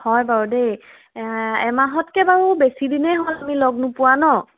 হয় বাৰু দেই এমাহতকৈ বাৰু বেছি দিনেই হ'ল আমি লগ নোপোৱা ন